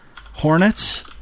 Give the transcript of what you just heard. Hornets